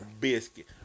biscuit